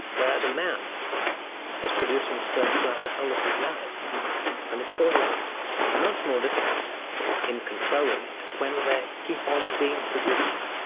whereas a man is producing sperms throughout the whole of his life and it causes much more difficulty in controlling it when they keep on um being produced.